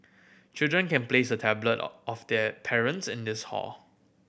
children can place a tablet of their parents in this hall